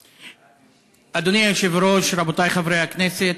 אדוני היושב-ראש, רבותי חברי הכנסת,